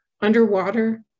Underwater